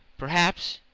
perhaps,